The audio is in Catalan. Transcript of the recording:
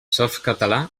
softcatalà